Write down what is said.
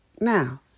Now